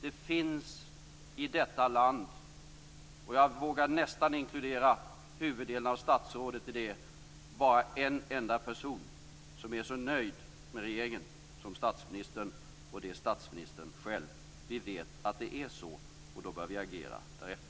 Det finns i landet - jag vågar nästan inkludera huvuddelen av statsråden - bara en enda person som är så nöjd med regeringen som statsministern. Det är statsministern själv. Vi vet att det är så, och då bör vi agera därefter.